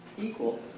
Equal